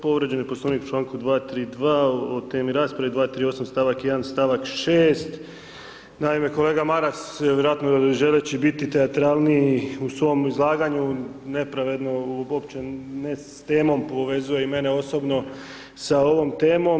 Povrijeđen je Poslovnik u članku 232. o temi rasprave, 238. stavak 1., stavak 6. Naime kolega Maras, vjerojatno želeći biti teatralniji u svom izlaganju, nepravedno uopće ne s temom povezuje i mene osobno sa ovom temom.